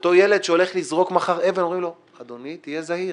אותו ילד שהולך לזרוק מחר אבן אומרים לו: אדוני תהיה זהיר,